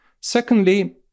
Secondly